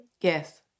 Yes